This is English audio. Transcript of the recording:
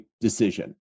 decision